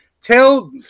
Tell